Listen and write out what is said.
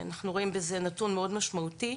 אנחנו רואים בזה נתון מאוד משמעותי.